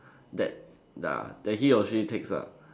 that ah that he or she takes lah